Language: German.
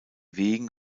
wegen